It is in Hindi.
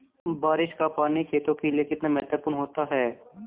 बारिश का पानी खेतों के लिये कितना महत्वपूर्ण होता है?